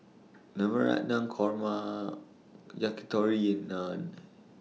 Navratan Korma Yakitori and Naan